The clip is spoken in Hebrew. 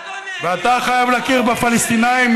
ואתה חייב להכיר בפלסטינים,